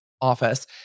office